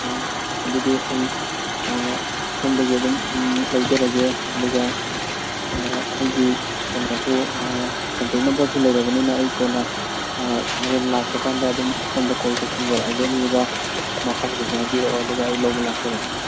ꯑꯣ ꯑꯗꯨꯗꯤ ꯑꯩ ꯁꯣꯝꯗꯒꯤ ꯑꯗꯨꯝ ꯂꯧꯖꯔꯒꯦ ꯑꯗꯨꯒ ꯑꯩꯒꯤ ꯀꯩꯅꯣꯁꯨ ꯀꯣꯟꯇꯦꯛ ꯅꯝꯕꯔꯁꯨ ꯂꯩꯔꯕꯅꯤꯅ ꯑꯩ ꯀꯣꯟꯅ ꯍꯣꯔꯦꯟ ꯂꯥꯛꯄ ꯀꯥꯟꯗ ꯑꯗꯨꯝ ꯁꯣꯝꯗ ꯀꯣꯜ ꯇꯧꯁꯤꯟꯖꯔꯛꯑꯒꯦ ꯑꯗꯨꯗꯨꯒ ꯃꯐꯝꯗꯨꯗ ꯍꯥꯏꯕꯤꯔꯛꯑꯣ ꯑꯗꯨꯒ ꯑꯩ ꯂꯧꯕ ꯂꯥꯛꯆꯔꯒꯦ